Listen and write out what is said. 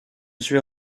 suis